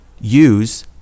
use